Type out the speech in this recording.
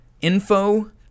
info